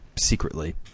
secretly